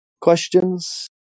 Questions